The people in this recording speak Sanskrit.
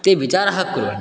ते विचारः कुर्वन्